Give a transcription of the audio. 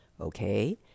Okay